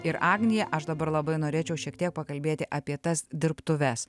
ir agnija aš dabar labai norėčiau šiek tiek pakalbėti apie tas dirbtuves